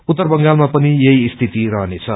उत्तर बंगालमा पनि यही स्थिति रहनेछ